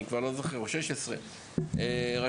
אני כבר לא זוכר שמיישמים את זה בהן,